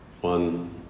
one